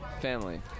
family